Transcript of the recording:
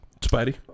Spidey